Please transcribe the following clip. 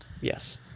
Yes